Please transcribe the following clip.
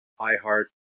iHeart